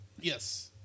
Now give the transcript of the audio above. Yes